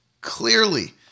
clearly